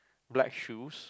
black shoes